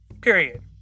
period